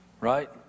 right